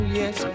yes